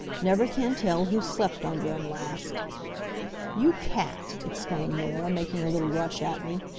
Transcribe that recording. never can tell who slept under em last you cat! exclaimed norah, making a little rush at me.